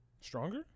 Stronger